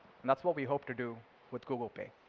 that's what we hope to do with google pay.